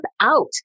out